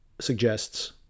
suggests